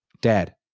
Dad